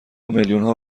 میلیونها